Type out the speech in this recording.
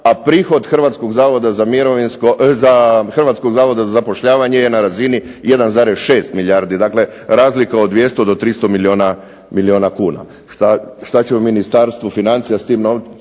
a prihod Hrvatskog zavoda za zapošljavanje je na razini 1,6 milijardi. Dakle, razlika od 200 do 300 milijuna kuna. Što će u Ministarstvu financija s tom